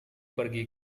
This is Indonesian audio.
pergi